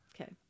Okay